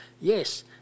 Yes